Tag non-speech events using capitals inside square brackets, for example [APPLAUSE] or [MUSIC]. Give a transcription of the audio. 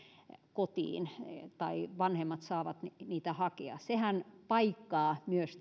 kotiin tai vanhemmat saavat niitä hakea sehän myös [UNINTELLIGIBLE]